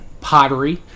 pottery